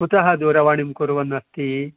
कुतः दूरवाणीं कुर्वन्नस्ति